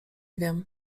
wiem